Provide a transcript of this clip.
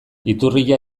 iturria